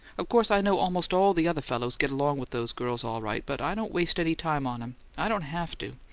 of course i know almost all the other fellows get along with those girls all right but i don't waste any time on em i don't have to.